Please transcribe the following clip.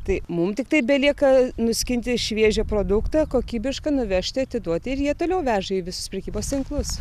tai mum tiktai belieka nuskinti šviežią produktą kokybišką nuvežti atiduoti ir jie toliau veža į visus prekybos tinklus